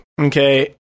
okay